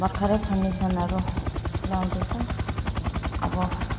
भर्खरै फाउन्डेसनहरू लगाउँदै छ अब